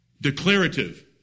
Declarative